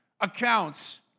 accounts